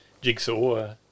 jigsaw